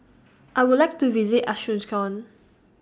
I Would like to visit Asuncion